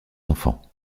enfants